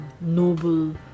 noble